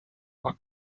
war